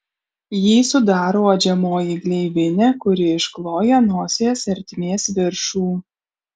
jį sudaro uodžiamoji gleivinė kuri iškloja nosies ertmės viršų